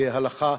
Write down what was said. הלכה,